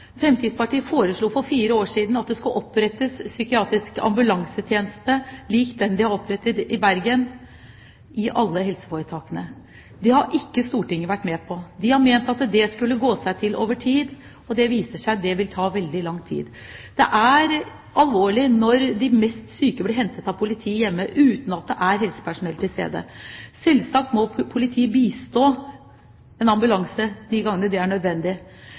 Fremskrittspartiet foreslo for fire år siden at det skulle opprettes psykiatrisk ambulansetjeneste, lik den de har opprettet i Bergen, i alle helseforetakene. Det har ikke Stortinget blitt med på. Det har ment at det skulle gå seg til over tid. Det viser seg at det vil ta veldig lang tid. Det er alvorlig når de mest syke blir hentet av politiet hjemme uten at det er helsepersonell til stede. Selvsagt må politiet bistå en ambulanse de gangene det er nødvendig.